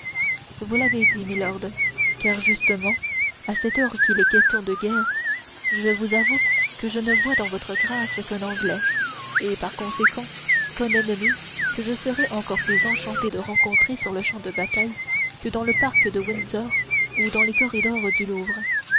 vous l'avez dit milord car justement à cette heure qu'il est question de guerre je vous avoue que je ne vois dans votre grâce qu'un anglais et par conséquent qu'un ennemi que je serais encore plus enchanté de rencontrer sur le champ de bataille que dans le parc de windsor ou dans les corridors du louvre